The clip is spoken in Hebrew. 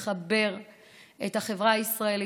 לחבר את החברה הישראלית,